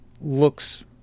looks